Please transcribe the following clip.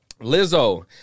Lizzo